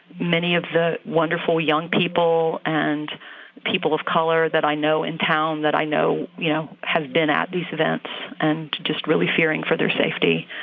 many of the wonderful young people and people of color that i know in town, that i know, you know, have been at these events and just really fearing for their safety